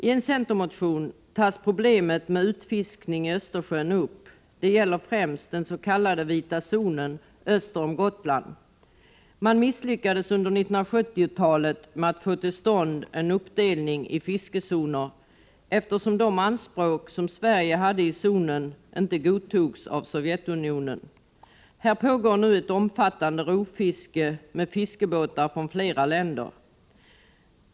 I en centermotion tas problemet med utfiskning i Östersjön upp. Det gäller främst den s.k. vita zonen öster om Gotland. Man misslyckades under 1970-talet med att få till stånd en uppdelning i fiskezoner, eftersom de anspråk på den s.k. vita zonen som Sverige hade inte godtogs av Sovjetunionen. Inom denna zon pågår nu ett omfattande rovfiske med fiskebåtar från flera länder.